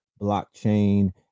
blockchain